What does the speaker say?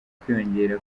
kwiyongera